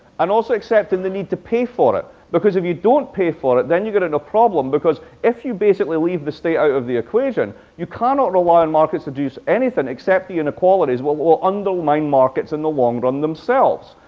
and also accepting the need to pay for it. because if you don't pay for it, then you get into a problem, because if you basically leave the state out of the equation, you cannot rely on markets to do anything except the inequalities that will undermine markets in the long-run themselves.